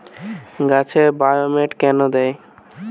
গাছে বায়োমেট কেন দেয়?